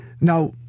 Now